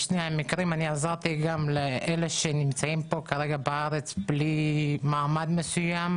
אני עזרתי גם לאלה שנמצאים פה בארץ בלי מעמד מסוים.